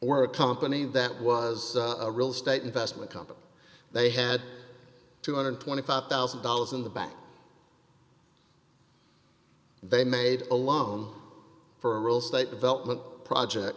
for a company that was a real estate investment company they had two hundred and twenty five thousand dollars in the back they made a loan for a real estate development project